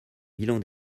bilan